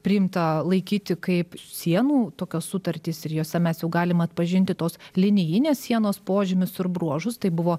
priimta laikyti kaip sienų tokias sutartis ir jose mes jau galim atpažinti tos linijinės sienos požymius ir bruožus tai buvo